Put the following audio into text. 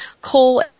coal